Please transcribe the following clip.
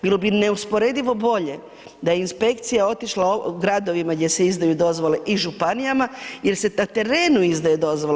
Bilo bi neusporedivo bolje da je inspekcija otišla gradovima gdje se izdaju dozvole i županijama jer se na terenu izdaju dozvole.